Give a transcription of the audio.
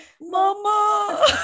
Mama